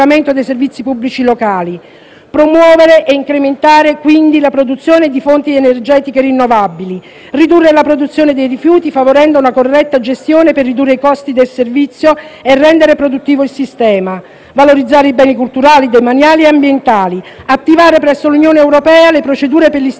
promuovere e incrementare la produzione di fonti energetiche rinnovabili, a ridurre la produzione dei rifiuti, favorendo la corretta gestione per ridurre i costi del servizio e rendere produttivo il sistema, a valorizzare i beni culturali, demaniali e ambientali, ad attivare presso l'Unione europea le procedure per l'istituzione di zone franche nel territorio delle isole